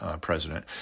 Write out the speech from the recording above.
president